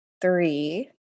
three